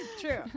True